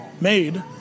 made